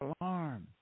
alarm